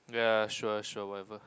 ya sure sure whatever